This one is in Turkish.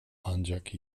ancak